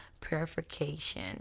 purification